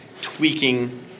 tweaking